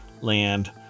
land